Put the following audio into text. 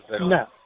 No